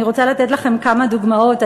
אני רוצה לתת לכם כמה דוגמאות.